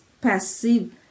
passive